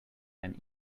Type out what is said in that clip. than